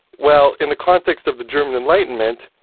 well, in the context of the german enlightenment,